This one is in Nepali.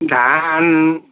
धान